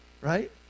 right